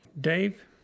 Dave